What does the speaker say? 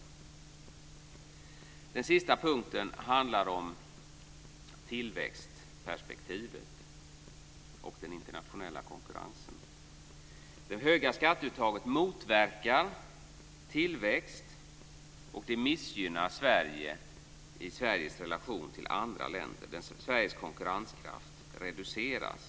Den sjätte och sista punkten handlar om tillväxtperspektivet och den internationella konkurrensen. Det höga skatteuttaget motverkar tillväxt och missgynnar Sverige i dess relation till andra länder. Sveriges konkurrenskraft reduceras.